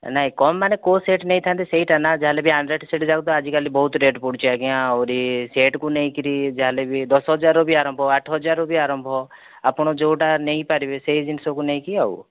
ନାଇଁ କମ୍ ମାନେ କେଉଁ ସେଟ୍ ନେଇଥାନ୍ତେ ସେଇଟା ନା ଯାହାହେଲେ ବି ଆଣ୍ଡ୍ରୋଏଡ଼୍ ସେଟ୍ ଯାକ ତ ଆଜିକାଲି ତ ବହୁତ ରେଟ୍ ପଡୁଛି ଆଜ୍ଞା ଆହୁରି ସେଟ୍କୁ ନେଇକରି ଯାହା ହେଲେ ବି ଦଶ ହଜାରରୁ ବି ଆରମ୍ଭ ଆଠ ହଜାରରୁ ବି ଆରମ୍ଭ ଆପଣ ଯେଉଁଟା ନେଇପାରିବେ ସେହି ଜିନିଷକୁ ନେଇକି ଆଉ